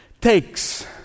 takes